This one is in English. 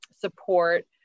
support